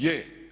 Je.